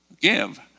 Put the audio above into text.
give